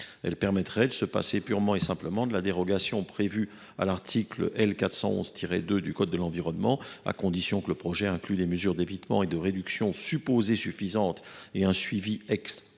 Il permettrait de se passer purement et simplement de la dérogation prévue à l’article L. 411 2 du code de l’environnement, à condition que le projet inclue des mesures d’évitement et de réduction supposées suffisantes et un suivi.